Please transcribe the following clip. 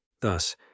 Thus